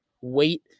wait